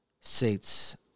States